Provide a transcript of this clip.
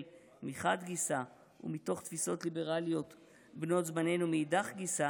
מחד גיסא ומתוך תפיסות ליברליות בנות זמננו מאידך גיסא,